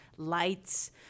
Lights